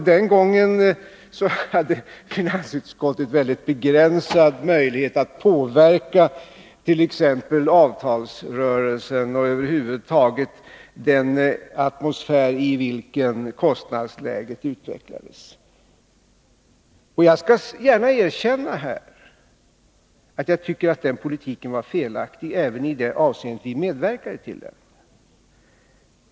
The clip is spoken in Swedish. Den gången hade finansutskottet en mycket begränsad möjlighet att påverka t.ex. avtalsrörelsen eller över huvud taget den atmosfär i vilken kostnadsläget utvecklades. Men jag skall gärna erkänna att jag tycker att den politiken var felaktig även i det avseende där vi medverkade till den.